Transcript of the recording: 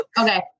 Okay